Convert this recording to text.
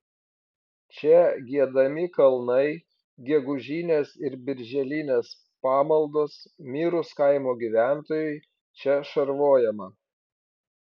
čia giedami kalnai gegužinės ir birželinės pamaldos mirus kaimo gyventojui čia šarvojama